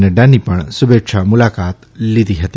નક્રાની શુલેચ્છા મુલાકાત લીધી હતી